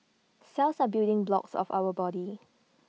cells are building blocks of our body